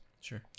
sure